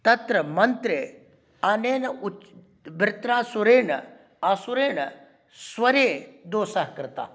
तत्र मन्त्रे अनेन उच् वृत्रासुरेण असुरेण स्वरे दोषः कृतः